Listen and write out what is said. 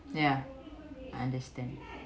ya I understand